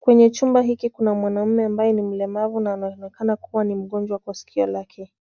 Kwenye chumba hiki kuna mwanaume ambaye ni mlemavu na anaonekana kuwa ni mgonjwa kwa sikio lake.